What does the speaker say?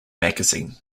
magazine